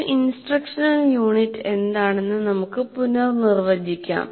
ഒരു instructional unit എന്താണെന്ന് നമുക്ക് പുനർനിർവചിക്കാം